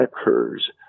occurs